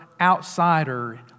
outsider